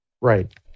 Right